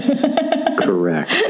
Correct